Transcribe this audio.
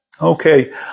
Okay